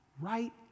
right